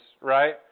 right